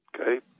Okay